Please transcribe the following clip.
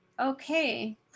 okay